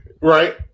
right